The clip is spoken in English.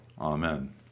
Amen